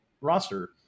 roster